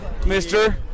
Mr